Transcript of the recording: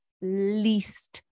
least